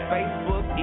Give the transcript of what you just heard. Facebook